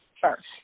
first